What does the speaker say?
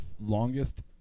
longest